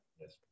Yes